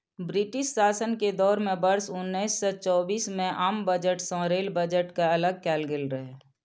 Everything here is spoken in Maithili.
ब्रिटिश शासन के दौर मे वर्ष उन्नैस सय चौबीस मे आम बजट सं रेल बजट कें अलग कैल गेल रहै